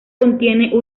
contiene